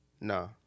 No